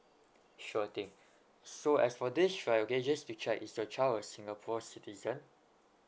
sure thing so as for this right okay just to check is your child a singapore citizen